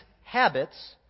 habits